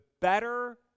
better